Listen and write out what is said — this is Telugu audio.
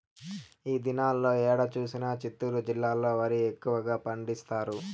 ఈ దినాల్లో ఏడ చూసినా చిత్తూరు జిల్లాలో వరి ఎక్కువగా పండిస్తారు